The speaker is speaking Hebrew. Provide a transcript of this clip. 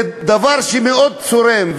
זה דבר שמאוד צורם,